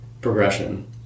progression